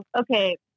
Okay